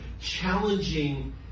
challenging